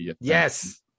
Yes